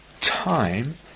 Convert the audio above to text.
time